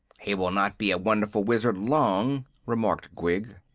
he will not be a wonderful wizard long, remarked gwig.